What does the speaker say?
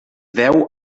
deu